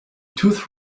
tooth